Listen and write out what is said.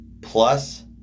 plus